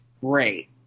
great